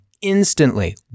instantly